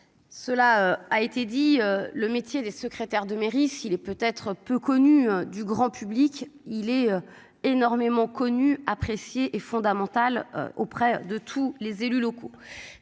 Cela a été dit, le métier des secrétaires de mairie si les peut être peu connu du grand public il est énormément connu apprécié et fondamental auprès de tous les élus locaux.